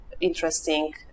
interesting